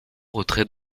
retrait